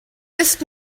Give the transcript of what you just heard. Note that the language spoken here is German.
ist